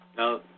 Now